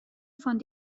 von